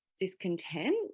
discontent